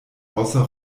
außer